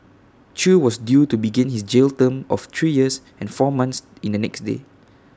chew was due to begin his jail term of three years and four months in the next day